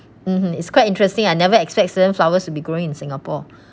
mmhmm it's quite interesting I never expect certain flowers will be growing in singapore